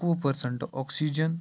اَکوُہ percent oxygen